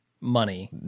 money